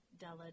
Della